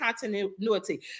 continuity